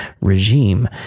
regime